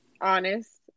Honest